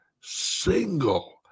single